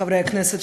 חברי הכנסת,